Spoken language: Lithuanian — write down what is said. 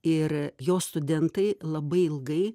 ir jo studentai labai ilgai